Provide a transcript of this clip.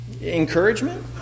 encouragement